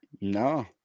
No